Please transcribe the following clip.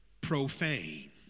profane